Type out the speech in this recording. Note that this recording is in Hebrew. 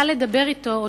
קל לדבר אתו,